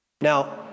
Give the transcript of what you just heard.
Now